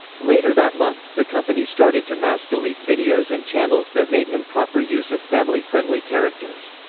later that month, the company started to mass delete videos and channels that made improper use of family friendly characters.